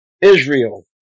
Israel